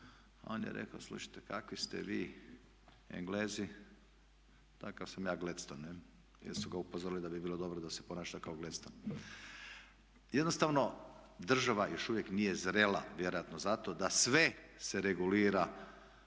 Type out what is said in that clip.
on je rekao, slušajte kakvi ste vi Englezi takav sam ja Gladston, jer su ga upozorili da bi bilo dobro da se ponaša kao Gladstone. Jednostavno država još uvijek nije zrela, vjerojatno zato da sve se regulira